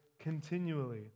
continually